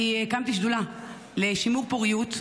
אני הקמתי שדולה לשימור פוריות.